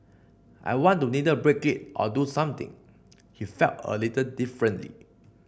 I wanted to either break it or do something he felt a little differently